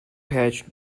page